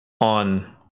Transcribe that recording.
on